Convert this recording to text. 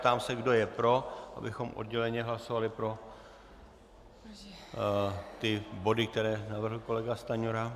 Ptám se, kdo je pro, abychom odděleně hlasovali pro body, které navrhl kolega Stanjura.